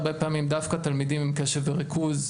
הרבה פעמים דווקא תלמידים עם קשב וריכוז,